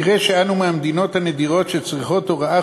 נראה שאנו מהמדינות הנדירות שצריכות הוראה